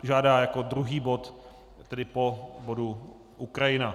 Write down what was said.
Žádá jako druhý bod, tedy po bodu Ukrajina.